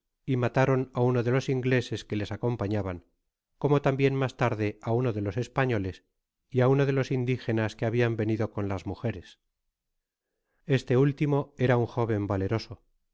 y mataron á uno de los ingleses que le acompañaban como tambien mas tarde á uno de los españoles y á uno de los indigenas que habian venido con las mujeres este último era un jóven valeroso